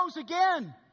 again